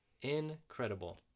Incredible